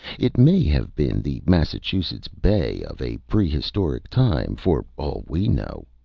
it may have been the massachusetts bay of a pre-historic time, for all we know.